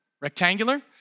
Rectangular